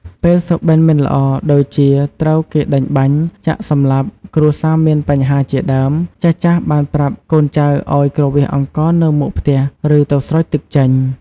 ពេលសុបិនមិនល្អដូចជា ត្រូវគេដេញបាញ់ ចាក់សម្លាប់ គ្រួសារមានបញ្ហាជាដើម ចាស់ៗបានប្រាប់កូនចៅឲ្យគ្រវាសអង្ករនៅមុខផ្ទះ ឬទៅស្រោចទឹកចេញ។